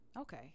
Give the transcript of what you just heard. Okay